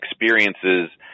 experiences